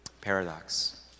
paradox